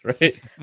right